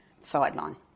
sideline